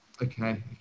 Okay